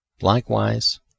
likewise